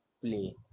Play